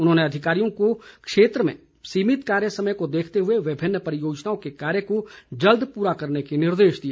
उन्होंने अधिकारियों को क्षेत्र में सीमित कार्य समय को देखते हुए विभिन्न परियोजनाओं के कार्यो को जल्द पूरा करने के निर्देश दिए